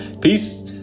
Peace